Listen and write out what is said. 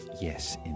Yes